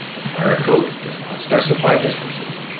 fire code does not specify distances.